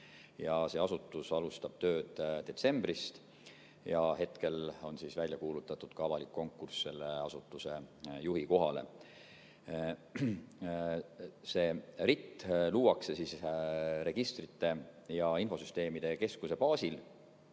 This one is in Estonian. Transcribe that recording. See asutus alustab tööd detsembris ja hetkel on välja kuulutatud ka avalik konkurss selle asutuse juhi kohale. RIT luuakse Registrite ja Infosüsteemide Keskuse baasil.